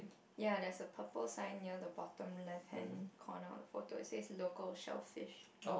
yeah there is a purple sign near the bottom left hand corner photo say logo sell fish